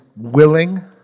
willing